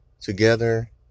together